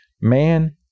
man